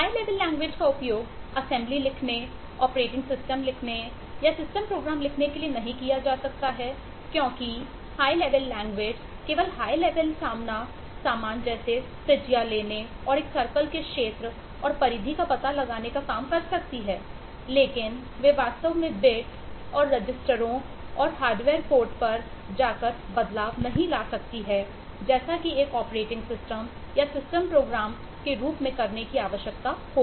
high level language के रूप में करने की आवश्यकता होगी